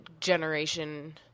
generation